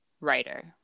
Writer